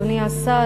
אדוני השר,